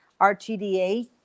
RTDA